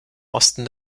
osten